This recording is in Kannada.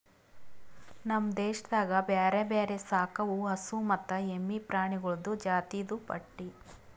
ನಮ್ ದೇಶದಾಗ್ ಬ್ಯಾರೆ ಬ್ಯಾರೆ ಸಾಕವು ಹಸು ಮತ್ತ ಎಮ್ಮಿ ಪ್ರಾಣಿಗೊಳ್ದು ಜಾತಿದು ಪಟ್ಟಿ